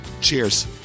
Cheers